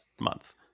month